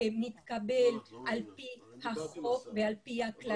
-- כמתקבל על פי החוק ועל פי הכללים.